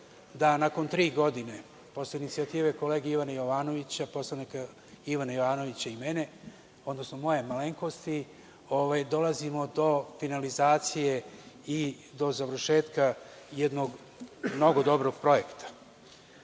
da, nakon tri godine, posle inicijative kolege poslanika Ivana Jovanovića i mene, odnosno moje malenkosti, dolazimo do finalizacije i do završetka jednog mnogo dobrog projekta. Te